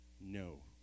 No